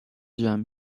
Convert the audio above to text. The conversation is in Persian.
جمع